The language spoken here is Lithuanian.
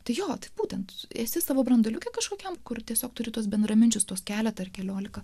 tai jog būtent esi savo branduoliukai kažkokiam kur tiesiog turi tuos bendraminčius tuos keletą ar keliolika